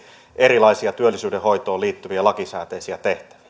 erilaisia työllisyyden hoitoon liittyviä lakisääteisiä tehtäviä